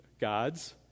gods